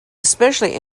especially